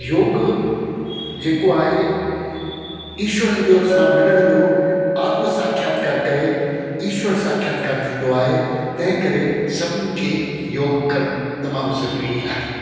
योग जेको आहे ईश्वर जो सां मिलण जो आत्म साक्षातु कर करे ईश्वर साक्षात्कार थींदो आहे तंहिं करे सभिनि खे योग करणु तमामु ज़रूरी आहे